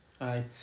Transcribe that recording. Aye